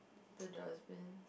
the dustbin